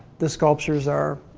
the sculptures are,